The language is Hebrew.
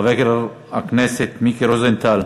חבר הכנסת מיקי רוזנטל,